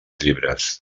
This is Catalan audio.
llibres